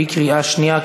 בקריאה שנייה.